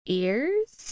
ears